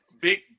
Big